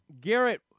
Garrett